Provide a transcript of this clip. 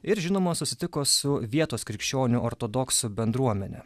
ir žinoma susitiko su vietos krikščionių ortodoksų bendruomene